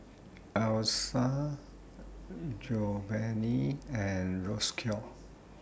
Essa Giovani and Roscoe